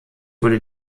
wurde